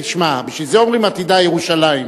תשמע, בשביל זה אומרים: עתידה ירושלים.